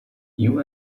you